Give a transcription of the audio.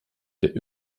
der